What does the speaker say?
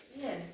Yes